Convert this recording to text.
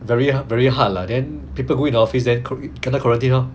very very hard lah then people go in the office then COVID cannot quarantine lor